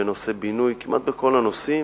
בנושא בינוי, כמעט בכל הנושאים.